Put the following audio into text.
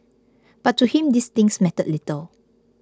but to him these things mattered little